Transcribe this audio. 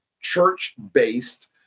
church-based